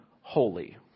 holy